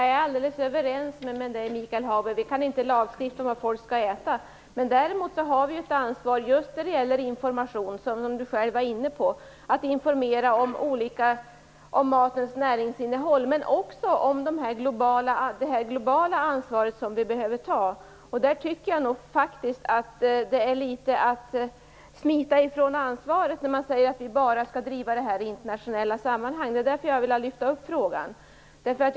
Fru talman! Michael Hagberg och jag är överens. Vi kan inte lagstifta om vad folk skall äta. Däremot har vi ett ansvar just när det gäller information, som Michael Hagberg själv var inne på. Vi skall informera om matens näringsinnehåll, men också om det globala ansvar som vi behöver ta. Jag tycker att det är att smita ifrån ansvaret att säga att vi bara skall driva frågorna i internationella sammanhang. Det är därför jag har velat lyfta fram frågan.